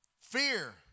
Fear